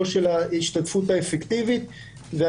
לא